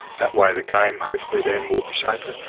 that way the game hopefully then will be safer,